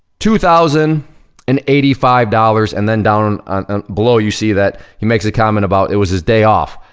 two thousand and eighty five dollars, and then, down below you see that he makes a comment about it was his day off.